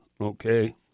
okay